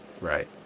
Right